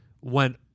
went